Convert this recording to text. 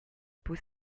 peau